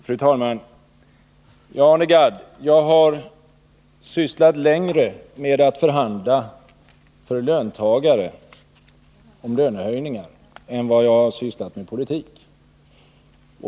Fru talman! Ja, Arne Gadd, jag har sysslat längre med att förhandla för löntagare om högre löner än vad jag har sysslat med politik.